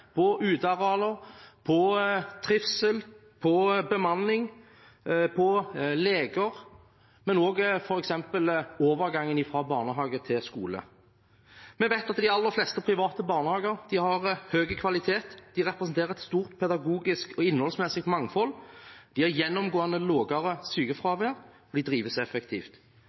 trivsel, bemanning og leker, og f.eks. også overgangen fra barnehage til skole. Vi vet at de aller fleste private barnehager har høy kvalitet, de representerer et stort pedagogisk og innholdsmessig mangfold, de har gjennomgående lavere sykefravær, og de drives effektivt.